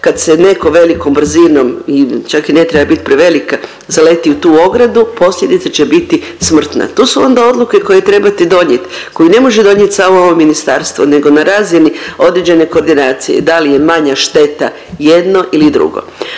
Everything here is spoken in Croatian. kad se netko velikom brzinom čak i ne treba biti prevelika zaleti u tu ogradu posljedice će biti smrtne. To su onda odluke koje trebate donijet koju ne može donijeti samo ovo ministarstvo nego na razini određene koordinacije da li je manja šteta jedno ili drugo.